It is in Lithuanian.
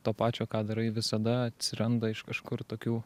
to pačio ką darai visada atsiranda iš kažkur tokių